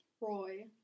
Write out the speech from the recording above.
Roy